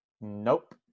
Nope